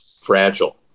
Fragile